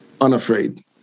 unafraid